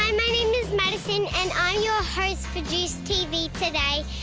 um my name is madison and i'm your host for juiced tv today.